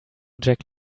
jack